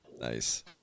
Nice